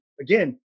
again